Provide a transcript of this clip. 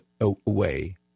away